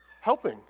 helping